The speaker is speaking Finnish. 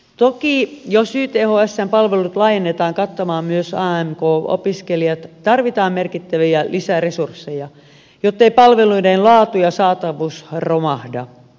toki jos ythsn palvelut laajennetaan kattamaan myös amk opiskelijat tarvitaan merkittäviä lisäresursseja jottei palveluiden laatu ja saatavuus romahda